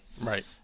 Right